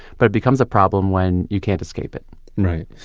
but it becomes a problem when you can't escape it right.